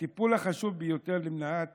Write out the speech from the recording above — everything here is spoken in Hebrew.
הטיפול החשוב ביותר למניעת